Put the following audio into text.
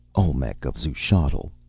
olmec of xuchotl!